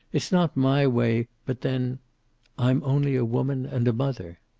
it's not my way, but then i'm only a woman and a mother.